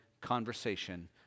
conversation